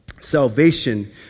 Salvation